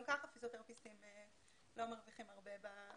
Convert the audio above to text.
גם כך הפיזיותרפיסטים לא מרוויחים הרבה.